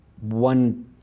One